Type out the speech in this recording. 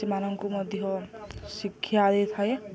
ସେମାନଙ୍କୁ ମଧ୍ୟ ଶିକ୍ଷା ଦେଇଥାଏ